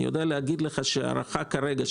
אני יודע להגיד לך שההערכה כרגע היא